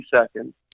seconds